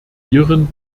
iren